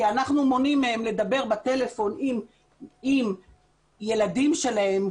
כי אנחנו מונעים מהם לדבר בטלפון עם ילדים שלהם,